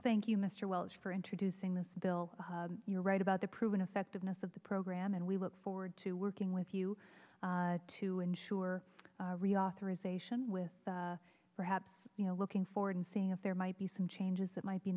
thank you mr welch for introducing this bill you're right about the proven effectiveness of the program and we look forward to working with you to ensure reauthorization with perhaps you know looking forward and seeing if there might be some changes that might be